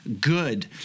good